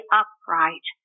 upright